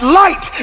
light